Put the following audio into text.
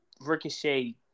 Ricochet